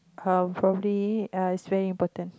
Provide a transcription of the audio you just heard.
how I'm probably err it's very important